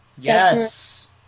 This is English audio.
Yes